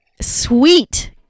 sweet